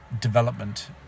development